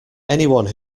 anyone